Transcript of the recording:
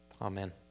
Amen